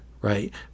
right